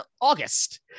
august